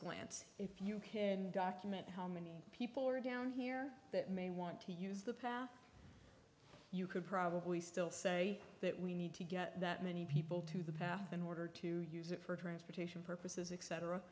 glance if you care how many people are down here that may want to use the path you could probably still say that we need to get that many people to the path in order to use it for transportation purposes e